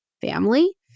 family